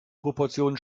proportionen